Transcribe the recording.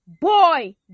boy